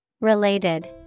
Related